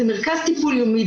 זה מרכז טיפול יומי,